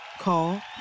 Call